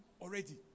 already